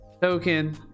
token